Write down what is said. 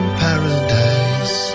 paradise